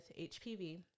HPV